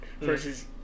versus